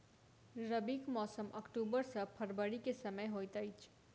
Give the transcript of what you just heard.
रबीक मौसम अक्टूबर सँ फरबरी क समय होइत अछि